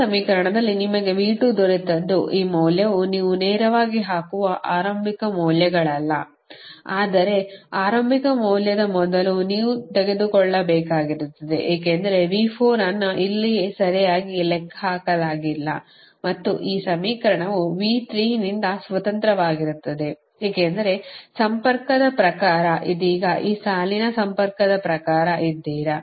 ಈ ಸಮೀಕರಣದಲ್ಲಿ ನಿಮಗೆ V2 ದೊರೆತದ್ದು ಈ ಮೌಲ್ಯವು ನೀವು ನೇರವಾಗಿ ಹಾಕುವ ಆರಂಭಿಕ ಮೌಲ್ಯಗಳಲ್ಲ ಆದರೆ ಆರಂಭಿಕ ಮೌಲ್ಯದ ಮೊದಲು ನೀವು ತೆಗೆದುಕೊಳ್ಳಬೇಕಾಗಿರುತ್ತದೆ ಏಕೆಂದರೆ V4 ಅನ್ನು ಇಲ್ಲಿಯೇ ಸರಿಯಾಗಿ ಲೆಕ್ಕಹಾಕಲಾಗಿಲ್ಲ ಮತ್ತು ಈ ಸಮೀಕರಣವು V3ನಿಂದ ಸ್ವತಂತ್ರವಾಗಿರುತ್ತದೆ ಏಕೆಂದರೆ ಸಂಪರ್ಕದ ಪ್ರಕಾರ ಇದೀಗ ಈ ಸಾಲಿನ ಸಂಪರ್ಕದ ಪ್ರಕಾರ ಇದ್ದೀರಾ